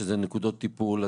שזה נקודות טיפול,